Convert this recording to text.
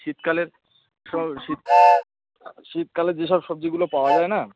শীতকালের সব শীত শীতকালে যে সব সবজিগুলো পাওয়া যায় না